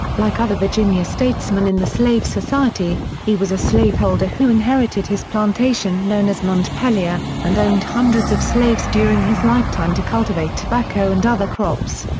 like other virginia statesmen in the slave society, he was a slaveholder who inherited his plantation known as montpelier, and owned hundreds of slaves during his lifetime to cultivate tobacco and other crops.